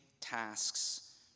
tasks